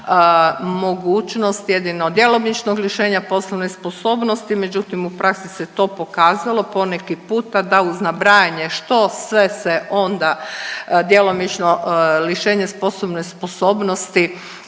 mogućnost jedino djelomičnog rješenja poslovne sposobnosti, međutim u praksi se to pokazalo poneki puta da uz nabrajanje što sve se onda djelomično lišenje poslovne sposobnosti,